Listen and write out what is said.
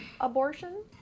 abortion